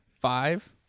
five